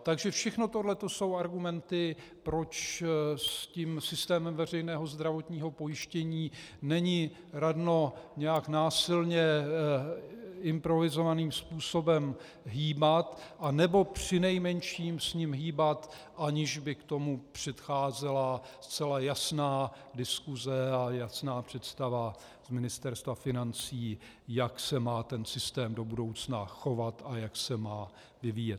Takže všechno toto jsou argumenty, proč se systémem veřejného zdravotního pojištění není radno nějak násilně, improvizovaným způsobem hýbat, anebo přinejmenším s ním hýbat, aniž by tomu předcházela zcela jasná diskuse a jasná představa Ministerstva financí, jak se má ten systém do budoucna chovat a jak se má vyvíjet.